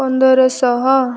ପନ୍ଦର ଶହ